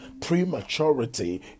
Prematurity